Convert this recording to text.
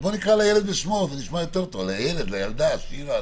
אז בוא נקרא בשמו, לילד, לילדה שיר"ה.